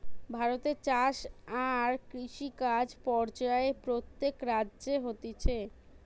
ভারতে চাষ আর কৃষিকাজ পর্যায়ে প্রত্যেক রাজ্যে হতিছে